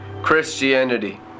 Christianity